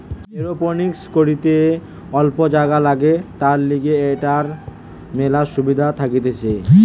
aeroponics করিতে অল্প জাগা লাগে, তার লিগে এটার মেলা সুবিধা থাকতিছে